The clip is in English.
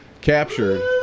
captured